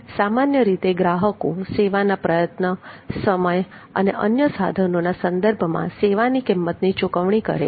સામાન્ય રીતે ગ્રાહકો સેવાના પ્રયત્નો સમય અને અન્ય સાધનોના સંદર્ભમાં સેવાની કિંમતની ચુકવણી કરે છે